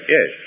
Yes